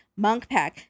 Monkpack